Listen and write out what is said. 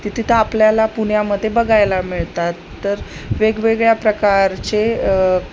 ते तिथं आपल्याला पुण्यामध्ये बघायला मिळतात तर वेगवेगळ्या प्रकारचे